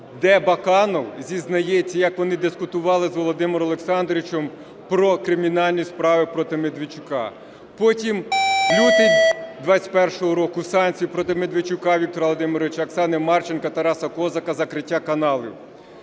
де Баканов зізнається, як вони дискутували з Володимиром Олександровичем про кримінальні справи проти Медведчука. Потім, лютий 21-го року – санкції проти Медведчука Віктора Володимировича, Оксани Марченко, Тараса Козака, закриття каналів.